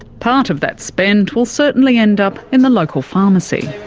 part of that spend will certainly end up in the local pharmacy.